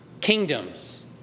kingdoms